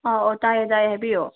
ꯑꯥꯎ ꯑꯣ ꯇꯥꯔꯦ ꯇꯥꯔꯦ ꯍꯥꯏꯕꯤꯌꯣ